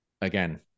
again